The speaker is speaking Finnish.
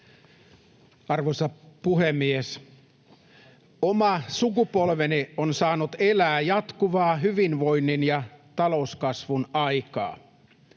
Arvoisa puhemies! Oma sukupolveni on saanut elää jatkuvaa hyvinvoinnin ja talouskasvun aikaa.